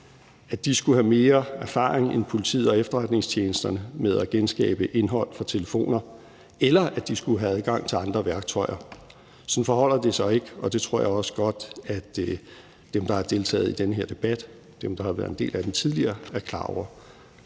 at de skulle have mere erfaring end politiet og efterretningstjenesterne med at genskabe indhold fra telefoner, eller at de skulle have adgang til andre værktøjer. Sådan forholder det sig ikke, og det tror jeg også godt at dem, der har deltaget i den her debat, dem, der har været en del af den tidligere, er klar over.